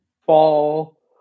fall